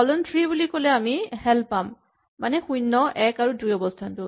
কলন three বুলি ক'লে আমি হেল পাম মানে শূণ্য এক আৰু দুই অৱস্হানটো